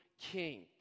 king